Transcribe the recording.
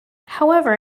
however